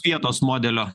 vietos modelio